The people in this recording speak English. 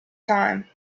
time